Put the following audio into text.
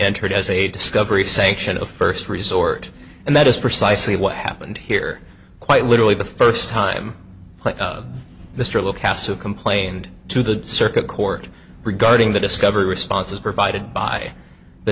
entered as a discovery sanction a first resort and that is precisely what happened here quite literally the first time mr lookouts have complained to the circuit court regarding the discovery responses provided by the